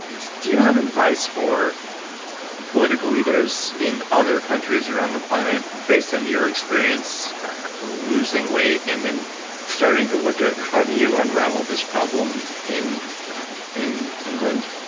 do do you have advice for political leaders in other countries around the planet based on your experience losing weight and then starting to look at how do you unravel this problem in in england?